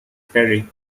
parry